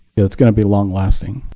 yeah it's going to be long lasting